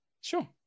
Sure